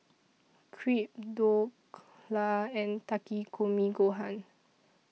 Crepe Dhokla and Takikomi Gohan